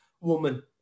woman